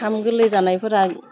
ओंखाम गोरलै जानायफ्रा